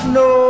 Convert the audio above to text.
no